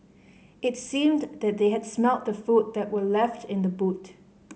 it seemed that they had smelt the food that were left in the boot